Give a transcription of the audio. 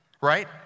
right